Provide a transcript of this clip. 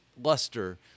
luster